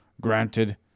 granted